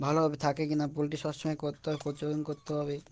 ভালোভাবে থাকে কিনা পোলট্রি সব সময় করতে হবে পর্যবেক্ষণ করতে হবে